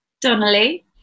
Donnelly